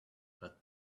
but